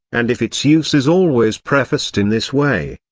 and if its use is always prefaced in this way,